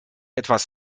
etwas